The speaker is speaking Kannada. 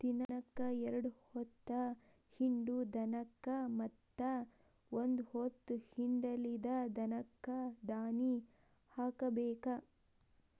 ದಿನಕ್ಕ ಎರ್ಡ್ ಹೊತ್ತ ಹಿಂಡು ದನಕ್ಕ ಮತ್ತ ಒಂದ ಹೊತ್ತ ಹಿಂಡಲಿದ ದನಕ್ಕ ದಾನಿ ಹಾಕಬೇಕ